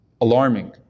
alarming